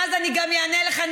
ואז אני גם אענה לך,